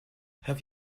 have